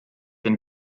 ein